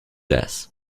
jazz